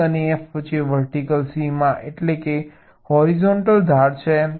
E અને F vertical સીમા એટલે હોરિઝોન્ટલ ધાર છે